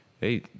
hey